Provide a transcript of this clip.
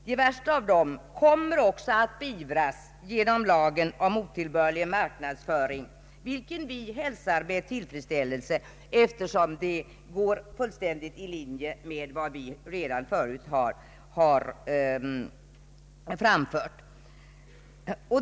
De värsta av dem kommer också att beivras genom lagen om otillbörlig marknadsföring, vilken vi hälsar med tillfredsställelse, eftersom den går helt i linje med vad vi tidigare har framfört.